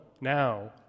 now